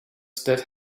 that